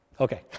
Okay